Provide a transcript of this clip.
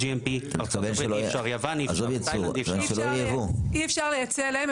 אי אפשר לייצא אליהם,